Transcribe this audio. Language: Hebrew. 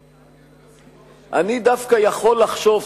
שאני דווקא יכול לחשוב,